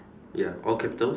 ya all capitals